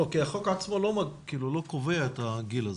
לא, כי החוק עצמו לא קובע את הגיל הזה.